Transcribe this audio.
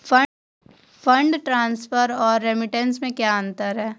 Fund transfer और remittance में क्या अंतर है?